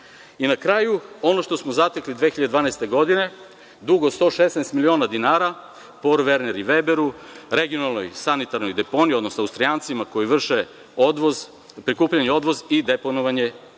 na kraju, ono što smo zatekli 2012. godine – dug od 116 miliona dinara, „Por Verner i Veberu“, regionalnoj sanitarnoj deponiji, odnosno Austrijancima, koji vrše prikupljanje, odvoz i deponovanje